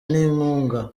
n’inkunga